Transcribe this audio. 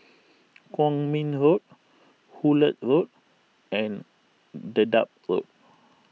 Kwong Min Road Hullet Road and Dedap Road